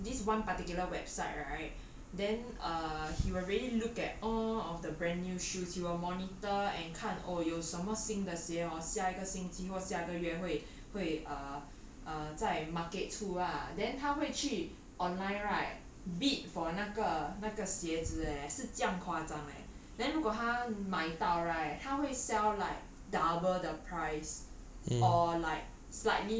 他每次会去这个 this one particular website right then err he will really look at all of the brand new shoes he will monitor and 看 oh 有什么新的鞋 hor 下个星期或下个月会会 uh 在 market 出 ah then 他会去 online right bid for 那个那个鞋子 eh 是这样夸张 eh 如果他买到 right 他会 sell like double the price